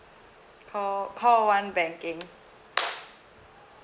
call call one banking